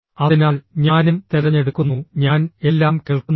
അതിനാൽ ഞാനും തിരഞ്ഞെടുക്കുന്നു ഞാൻ എല്ലാം കേൾക്കുന്നില്ല